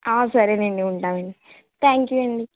సరేనండి ఉంటామండి thank you అండి